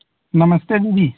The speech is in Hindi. नमस्ते दीदी